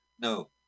No